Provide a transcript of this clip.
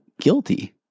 guilty